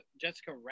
jessica